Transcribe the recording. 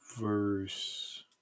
verse